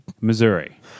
Missouri